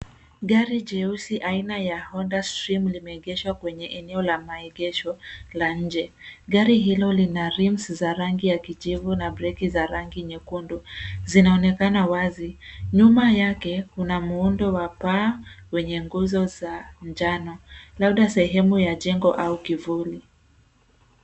Gari jeusi aina ya Honda stream limeegeshwa kwenye eneo la maegesho la nje. Gari hilo lina rims za rangi ya kijivu na breki za rangi nyekundu zinaonekana wazi. Nyuma yake kuna muundo wa paa wenye nguzo za njano labda sehemu ya jengo au kivuli.